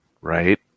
Right